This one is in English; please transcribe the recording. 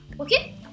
Okay